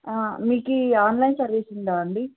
మీకు online service ఉందా అండి